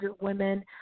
women